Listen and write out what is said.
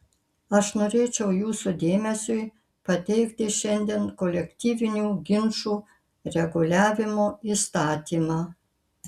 aš norėčiau jūsų dėmesiui pateikti šiandien kolektyvinių ginčų reguliavimo įstatymą